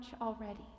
already